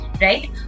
right